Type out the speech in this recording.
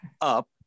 up